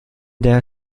der